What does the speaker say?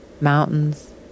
mountains